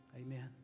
Amen